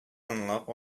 тынлык